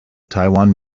taiwan